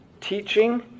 teaching